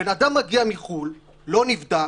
בן אדם מגיע מחו"ל, לא נבדק,